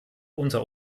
unter